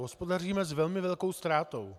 Hospodaříme s velmi velkou ztrátou.